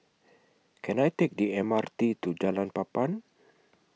Can I Take The M R T to Jalan Papan